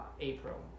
April